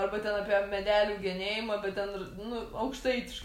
arba ten apie medelių genėjimą bet ten ru nu aukštaitiškai